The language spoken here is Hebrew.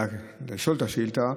לשאול את השאילתה,